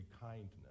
kindness